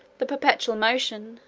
the perpetual motion,